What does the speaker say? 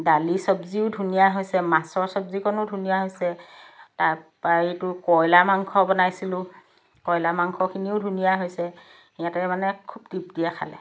দালি চব্জিও ধুনীয়া হৈছে মাছৰ চব্জিকণো ধুনীয়া হৈছে তাৰপৰা এইটো কইলাৰ মাংস বনাইছিলোঁ কইলাৰ মাংসখিনিও ধুনীয়া হৈছে সিহঁতে মানে খুব তৃপ্তিৰে খালে